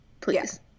please